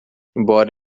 embora